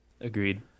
Agreed